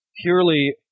Purely